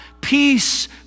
peace